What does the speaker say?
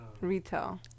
Retail